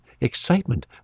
excitement